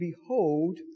Behold